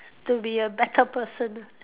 to be a better person